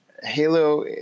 Halo